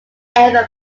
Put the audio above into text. ever